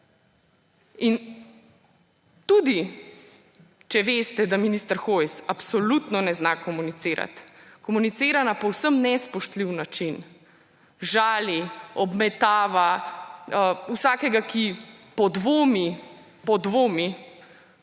Tudi če veste, da minister Hojs absolutno ne zna komunicirati, komunicira na povsem nespoštljiv način, žali, obmetava vsakega, ki podvomi v